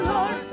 Lord